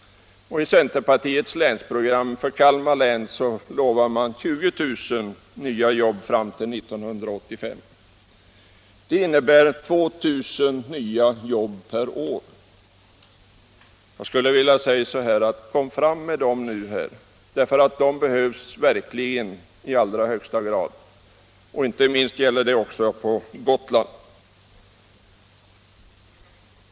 I centerpartiets länsprogram för Kalmar län lovar man 20 000 nya jobb fram till år 1985. Det innebär 2 000 nya jobb varje år. Kom fram med dem nu, därför att de behövs verkligen i allra högsta grad. Inte minst gäller det också på Gotland.